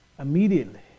Immediately